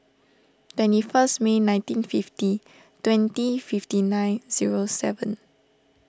twenty first May nineteen fifty twenty fifty nine zero seven